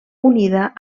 unida